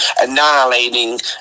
annihilating